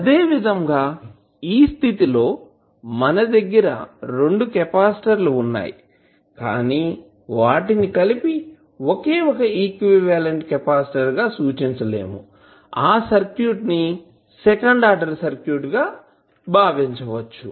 అదేవిధంగా ఈ స్థితి లో మన దగ్గర రెండు కెపాసిటర్ లు కూడా ఉన్నాయి కానీ వాటిని కలిపి ఒకే ఒక ఈక్వివలెంట్ కెపాసిటర్ గా సూచించలేము ఆ సర్క్యూట్ ని సెకండ్ ఆర్డర్ సర్క్యూట్ గా భావించవచ్చు